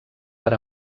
per